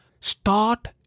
start